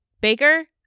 Baker